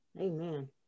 Amen